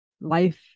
Life